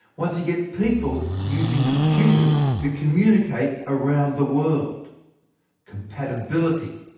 once you get people using computers to communicate around the world compatibility.